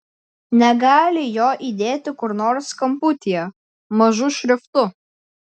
negali jo įdėti kur nors kamputyje mažu šriftu